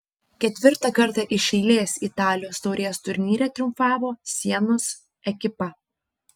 ketvirtą kartą iš eilės italijos taurės turnyre triumfavo sienos ekipa